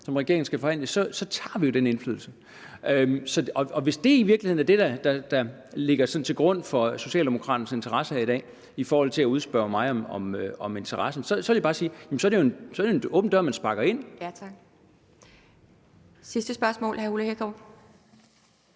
som regeringen skal forhandle, så tager vi jo den indflydelse. Hvis det i virkeligheden er det, der sådan ligger til grund for Socialdemokraternes interesse her i dag for at udspørge mig, vil jeg bare sige, at så er det jo en åben dør, man sparker ind. Kl. 11:55 Anden næstformand (Pia